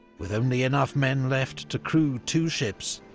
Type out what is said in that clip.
with only enough men left to crew two ships,